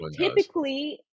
typically